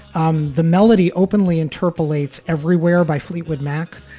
um the melody openly interpolating everywhere by fleetwood mac.